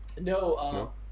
no